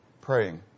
Praying